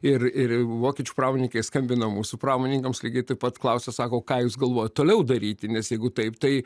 ir ir vokiečių pramonininkai skambina mūsų pramoninkams lygiai taip pat klausia sako ką jūs galvojat toliau daryti nes jeigu taip tai